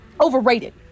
Overrated